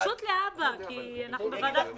פשוט להבא, כי אנחנו בוועדת כספים.